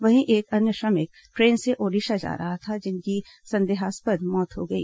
वहीं एक अन्य श्रमिक ट्रेन से ओडिशा जा रहा था जिनकी संदेहास्पद मौत हो गई